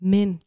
Men